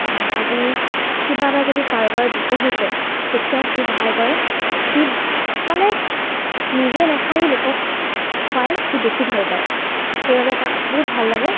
আজি কিবা এটা যদি কাৰোবাৰ বিপদ হৈছে তেতিয়াও সি সহায় কৰে সি মানে নিজে নাখায়ো লোকক খুৱাই সি বেছি ভাল পায় সেইবাবে তাক বহুত ভাল লাগে